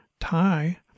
Tie